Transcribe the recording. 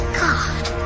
god